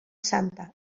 santa